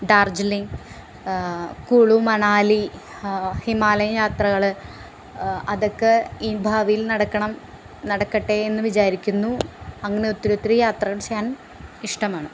ഡാർജലിങ് കുളു മണാലി ഹിമാലയം യാത്രകൾ അതൊക്കെ ഭാവിയിൽ നടക്കണം നടക്കട്ടേ എന്ന് വിചാരിക്കുന്നു അങ്ങ് ഒത്തിരി ഒത്തിരി യാത്ര ചെയ്യാൻ ഇഷ്ടമാണ്